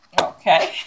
Okay